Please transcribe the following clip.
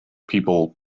people